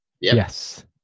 Yes